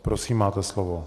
Prosím, máte slovo.